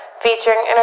featuring